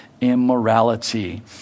immorality